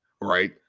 Right